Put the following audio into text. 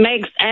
makes